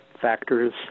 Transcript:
factors